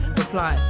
reply